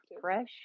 Fresh